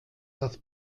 das